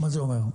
מה זה אומר?